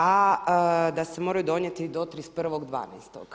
A da se moraju donijeti do 31.12.